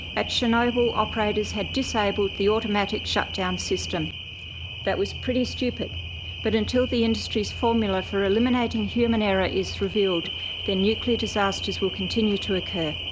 at chernobyl operators had disabled the automatic shut down system that was pretty stupid but until the industry's formula for eliminating human error is revealed then nuclear disasters will continue to occur.